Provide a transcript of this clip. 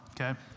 okay